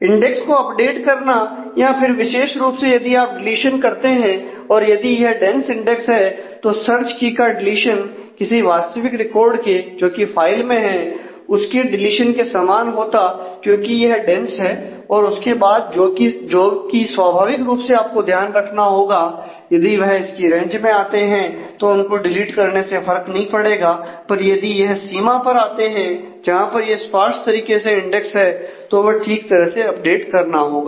index को update करना या फिर विशेष रूप से यदि आप डिलीशन करते हैं और यदि यह डेंस इंडेक्स है तो सर्च की का डीलीशन किसी वास्तविक रिकॉर्ड के जोकि फाइल में है उसके डीलीशन के समान होता क्योंकि यह डेंस है और इसके बाद जो कि स्वाभाविक रूप से आपको ध्यान रखना होगा यदि वह इस इसकी रेंज में आते हैं तो इनको डिलीट करने से फर्क नहीं पड़ेगा पर यदि यह सीमा पर आते हैं जहां पर यह स्पार्स तरीके से इंडेक्स है तो वह ठीक तरह से अपडेट करना होगा